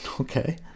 Okay